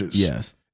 Yes